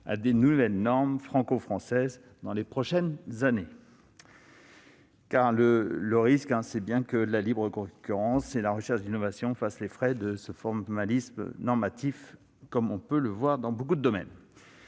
de nouvelles normes franco-françaises dans les prochaines années. Car le risque est bien que la libre concurrence et la recherche d'innovations fassent les frais de ce formalisme normatif, comme on peut le voir dans beaucoup de domaines.